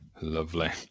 Lovely